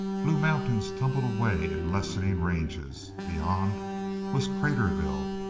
blue mountains tumbled away in lessening ranges beyond was craterville,